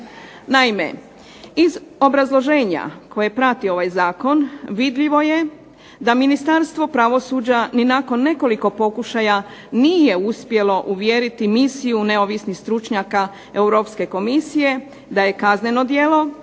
Naime, iz obrazloženja koje prati ovaj zakon vidljivo je da Ministarstvo pravosuđa ni nakon nekoliko pokušaja nije uspjelo uvjeriti misiju neovisnih stručnjaka Europske komisije da je kazneno djelo,